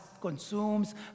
consumes